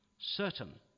certain